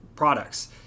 products